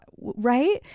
right